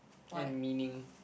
and meaning